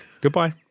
Goodbye